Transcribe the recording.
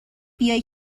بیای